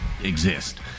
exist